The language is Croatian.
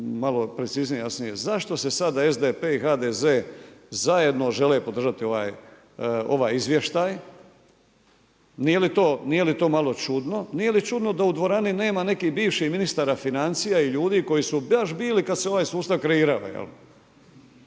malo preciznije, jasnije, zašto se sad SDP i HDZ zajedno žele podržati ovaj izvještaj, nije li to malo čudno? Nije li čudno da u dvorani nema nekih bivših ministara financija i ljudi koji su baš bili kad se ovaj sustav kreirao, jel?